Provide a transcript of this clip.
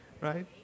right